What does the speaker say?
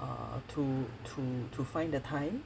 err to to to find the time